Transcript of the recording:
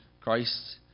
Christ